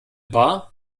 bar